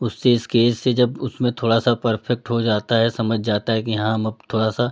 उससे स्कच से जब उसमें थोड़ा सा परफ़ेक्ट हो जाता है समझ जाता है कि हाँ हम अब थोड़ा सा